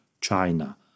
China